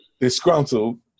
disgruntled